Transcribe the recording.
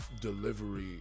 delivery